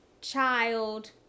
child